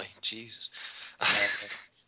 Jesus